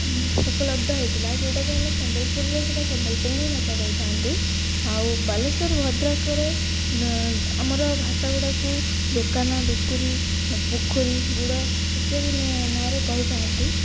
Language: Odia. ଉପଲବ୍ଧ ହେଇଥିଲା ଯୋଉଟାକି ଆମେ ସମ୍ବଲପୁରରେ ସେଇଟା ସମ୍ବଲପୁରୀ ହିଁ ଭାଷା କହିଥାନ୍ତି ଆଉ ବାଲେଶ୍ୱର ଭଦ୍ରକରେ ଆମର ଭାଷାଗୁଡ଼ାକୁ ଦୋକାନ ଦୁକୁରୀ ପୋଖରୀ ଗୁଡ଼ ଇତ୍ୟାଦି ନାଁରେ କହିଥାନ୍ତି